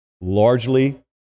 Largely